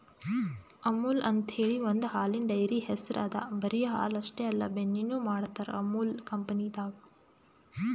ಅಮುಲ್ ಅಂಥೇಳಿ ಒಂದ್ ಹಾಲಿನ್ ಡೈರಿ ಹೆಸ್ರ್ ಅದಾ ಬರಿ ಹಾಲ್ ಅಷ್ಟೇ ಅಲ್ಲ ಬೆಣ್ಣಿನು ಮಾಡ್ತರ್ ಅಮುಲ್ ಕಂಪನಿದಾಗ್